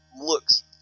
looks